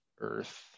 Earth